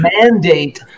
mandate